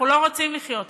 אנחנו לא רוצים לחיות אתו.